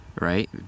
right